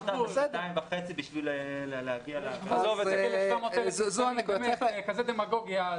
------ זאת כזאת דמגוגיה.